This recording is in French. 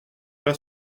pas